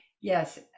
Yes